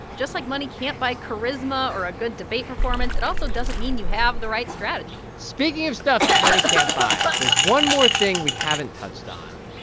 just like money can't buy charisma or a good debate performance, it also doesn't mean you have the right strategy speaking of stuff that money can't buy, there's one more thing we haven't touched on,